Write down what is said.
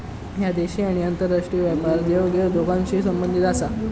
ह्या देशी आणि आंतरराष्ट्रीय व्यापार देवघेव दोन्हींशी संबंधित आसा